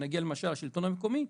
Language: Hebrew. כשנגיע למשל לשלטון המקומי,